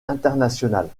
internationales